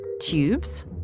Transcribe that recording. Tubes